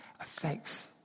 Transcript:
affects